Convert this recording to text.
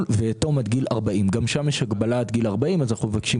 ויתום עד גיל 40". גם שם יש הגבלה עד גיל 40 ואנחנו מבקשים